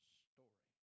story